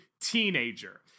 teenager